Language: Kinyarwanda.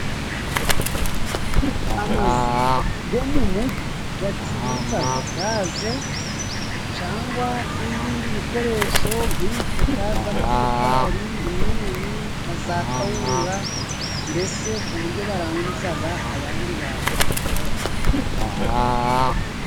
Amazu yo mu mujyi acuruza gaze, cyangwa n'ibindi bikoresho nk'imifuka y'isukari, umunyu na za kawunga, mbese ku buryo baranguza abandi bantu b'abacuruzi.